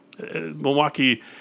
Milwaukee